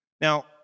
Now